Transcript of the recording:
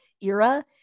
Era